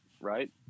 right